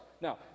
Now